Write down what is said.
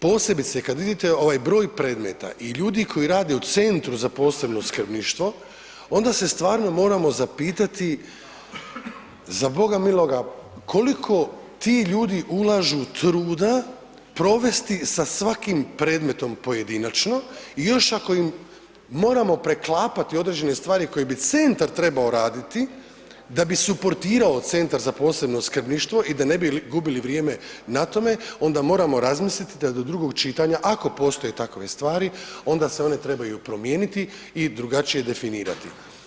Posebice kad vidite ovaj broj predmeta i broj ljudi koji rade u Centru za posebno skrbništvo onda se stvarno moramo zapitati, za Boga miloga koliko ti ljudi ulažu truda provesti sa svakim predmetom pojedinačno i još ako im moramo preklapati određene stvari koje bi centar trebao raditi, da bi suportirao Centar za posebno skrbništvo i da ne bi gubili vrijeme na tome onda moramo razmisliti da do drugog čitanja, ako postoje takve stvari onda se one trebaju promijeniti i drugačije definirati.